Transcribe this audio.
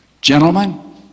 Gentlemen